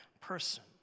person